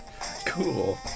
Cool